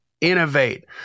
Innovate